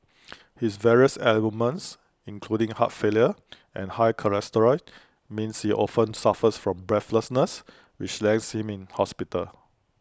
his various ailments including heart failure and high cholesterol means he often suffers from breathlessness which lands him in hospital